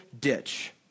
ditch